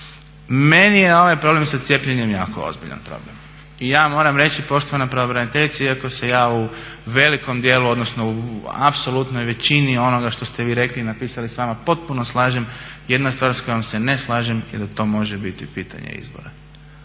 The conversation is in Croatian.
meni je ovaj problem sa cijepljenjem jako ozbiljan problem. Ja moram reći poštovana pravobraniteljice iako se ja u velikom dijelu, odnosno u apsolutnoj većini onoga što ste vi rekli i napisali s vama potpuno slažem jedna stvar s kojom se ne slažem je da to može biti pitanje izbora.